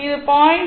இது 0